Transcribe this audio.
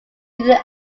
within